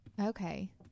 Okay